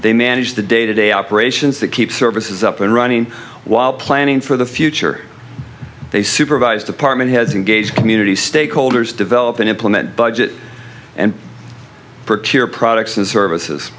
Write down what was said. they manage the day to day operations that keep services up and running while planning for the future they supervise department heads engage community stakeholders develop and implement budget and particular products and services